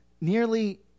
nearly